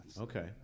okay